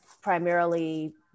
primarily